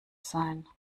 sein